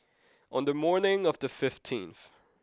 on the morning of the fifteenth